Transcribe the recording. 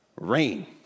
Rain